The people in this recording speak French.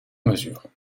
mesure